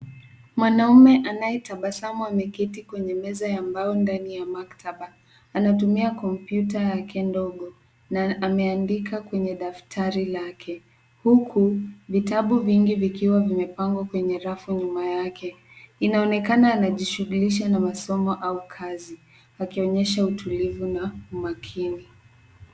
Mwanaume anayetabasamu ameketi kwenye meza ya mbao ndani ya maktaba. Anatumia kompyuta yake ndogo na ameandika kwenye daftari lake huku vitabu vingi vikiwa vimepangwa kwenye rafu nyuma yake. Inaonekana anajishughulisha na masomo au kazi akionyesha utulivu na umakini.